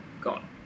gone